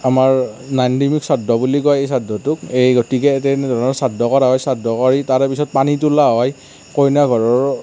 আমাৰ শ্ৰাদ্ধ বুলি কয় এই শ্ৰাদ্ধটোক এই গতিকে তেনে ধৰণৰ শ্ৰাদ্ধ কৰা হয় শ্ৰাদ্ধ কৰি তাৰ পিছত পানী তোলা হয় কইনা ঘৰৰ